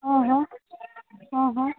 હં હં